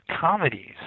comedies